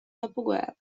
dopoguerra